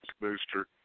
booster